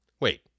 Wait